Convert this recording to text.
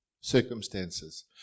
circumstances